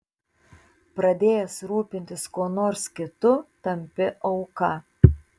pradėjęs rūpintis kuo nors kitu tampi auka